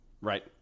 Right